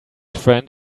friend